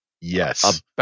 Yes